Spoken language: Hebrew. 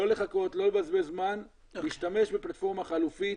לא לחכות, לא לבזבז זמן, להשתמש בפלטפורמה חלופית.